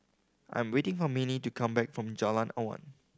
I am waiting for Mannie to come back from Jalan Awan